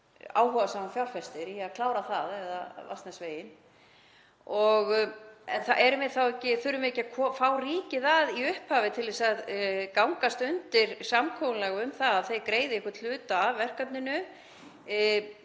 áhugasaman fjárfesti til að klára það eða Vatnsnesveginn. Þurfum við þá ekki að fá ríkið í upphafi til að gangast undir samkomulag um það að þeir greiði einhvern hluta af verkefninu?